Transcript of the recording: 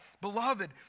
Beloved